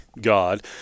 God